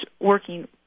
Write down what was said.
working